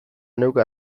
neuk